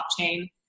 blockchain